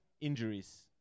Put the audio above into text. injuries